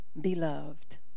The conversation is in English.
beloved